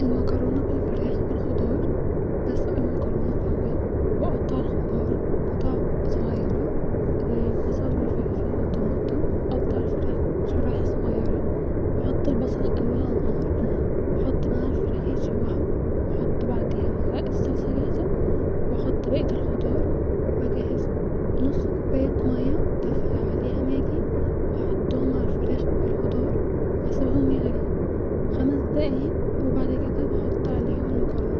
المكرونه بالفراخ والخضار-بسلق المكرونه الاول وقطع الخضار قطع صغيره زي البصل والفلفل والطماطم-وقطع الفراخ شرايح صغيره واحط البصل الاول علي النار واحط معاهم الفراخ يتشوحو-وحط بعديها معلقه صلصه جاهزه-واحط بقيت الخضار واجهز-نص كوبايه ميه دافيه عليها ماجي واحطهم علي الفراخ بالخضار واسيبهم يغلي خمس دقايق وبعد كده بحط عليهم المكرونه